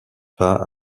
pas